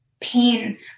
pain